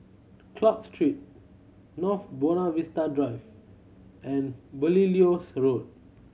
Club Street North Buona Vista Drive and Belilios Road